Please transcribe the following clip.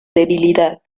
debilidad